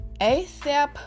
asap